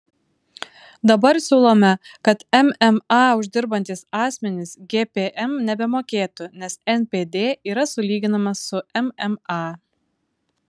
dabar siūlome kad mma uždirbantys asmenys gpm nebemokėtų nes npd yra sulyginamas su mma